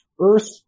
Earth